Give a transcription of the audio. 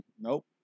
Nope